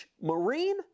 Marine